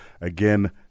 again